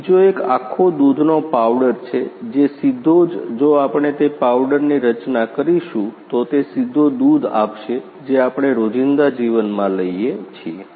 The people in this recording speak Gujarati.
બીજો એક આખો દૂધનો પાવડર છે જે સીધો જ જો આપણે તે પાવડરની રચના કરીશું તો તે સીધો દૂધ આપશે જે આપણે રોજિંદા જીવનમાં લઈએ છીએ